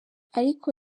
ariko